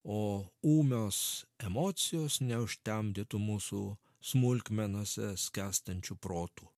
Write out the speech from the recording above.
o ūmios emocijos neužtemdytų mūsų smulkmenose skęstančių protų